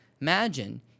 Imagine